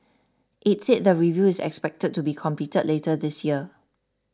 it said the review is expected to be completed later this year